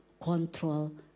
control